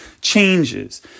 changes